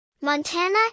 montana